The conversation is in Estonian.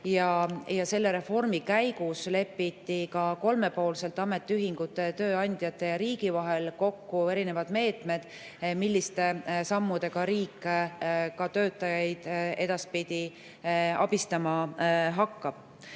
Selle reformi käigus lepiti kolmepoolselt ametiühingute, tööandjate ja riigi vahel kokku erinevad meetmed, milliste sammudega riik töötajaid edaspidi abistama hakkab.